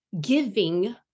giving